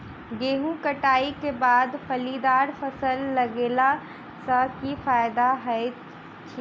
गेंहूँ कटाई केँ बाद फलीदार फसल लगेला सँ की फायदा हएत अछि?